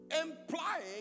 implying